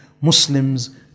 Muslims